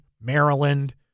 Maryland